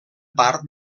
part